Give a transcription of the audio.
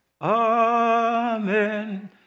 Amen